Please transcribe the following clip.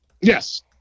yes